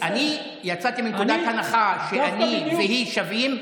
אני יצאתי מנקודה הנחה שאני והיא שווים,